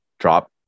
drop